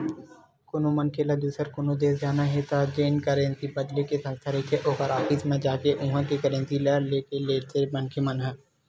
कोनो मनखे ल दुसर कोनो देस जाना हे त जेन करेंसी बदले के संस्था रहिथे ओखर ऑफिस म जाके उहाँ के करेंसी ल ले लेथे मनखे मन ह